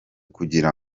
kugira